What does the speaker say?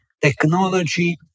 technology